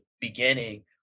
beginning